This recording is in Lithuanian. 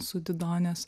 su didonės